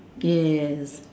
yes